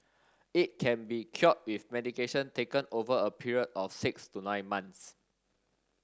it can be cured with medication taken over a period of six to nine months